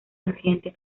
accidente